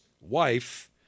wife